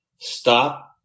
stop